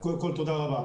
כול תודה רבה.